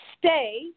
stay